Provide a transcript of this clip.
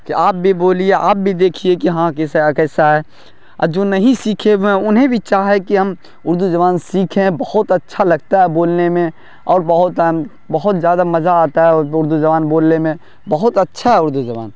کہ آپ بھی بولیے آپ بھی دیکھیے کہ ہاں کیسا ہے کیسا ہے آ جو نہیں سیکھے ہوئے ہیں انہیں بھی چاہ ہے کہ ہم اردو زبان سیکھیں بہت اچھا لگتا ہے بولنے میں اور بہت بہت زیادہ مزہ آتا ہے اور اردو زبان بولنے میں بہت اچھا ہے اردو زبان